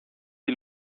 die